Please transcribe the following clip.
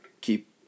keep